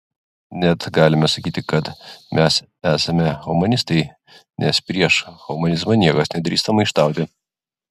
net galime sakyti kad mes esame humanistai nes prieš humanizmą niekas nedrįsta maištauti